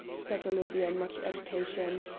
said olivia in much agitation.